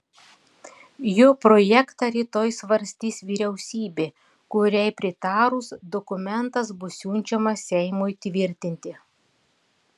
jo projektą rytoj svarstys vyriausybė kuriai pritarus dokumentas bus siunčiamas seimui tvirtinti